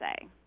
say